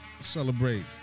Celebrate